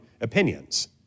opinions